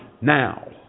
now